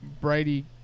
Brady